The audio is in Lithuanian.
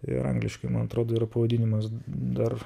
ir angliškai man atrodo ir pavadinimas dar